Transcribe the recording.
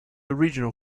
regional